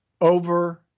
over